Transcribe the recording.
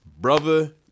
brother